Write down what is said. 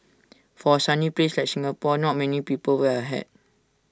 for A sunny place like Singapore not many people wear A hat